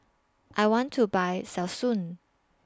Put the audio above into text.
I want to Buy Selsun